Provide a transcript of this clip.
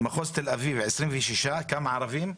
במחוז תל אביב 26, כמה ערבים?